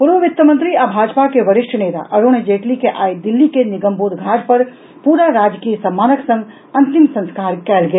पूर्व वित्त मंत्री आ भाजपा के वरिष्ठ नेता अरूण जेटली के आई दिल्ली के निगमबोध घाट पर पूरा राजकीय सम्मानक संग अंतिम संस्कार कयल गेल